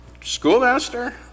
schoolmaster